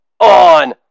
on